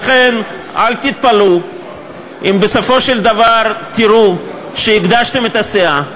לכן אל תתפלאו אם בסופו של דבר תראו שהגדשתם את הסאה,